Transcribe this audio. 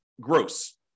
gross